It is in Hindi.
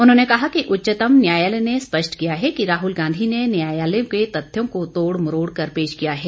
उन्होंने कहा कि उच्चतम न्यायालय ने स्पष्ट किया है कि राहुल गांधी ने न्यायालयों के तत्थों को तोड़ मरोड़ कर पेश किया है